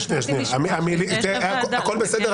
הכול בסדר,